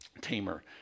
tamer